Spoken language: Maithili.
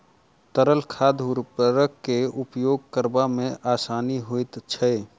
तरल खाद उर्वरक के उपयोग करबा मे आसानी होइत छै